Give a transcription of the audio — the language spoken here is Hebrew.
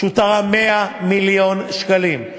אשר תרם 100 מיליון שקלים.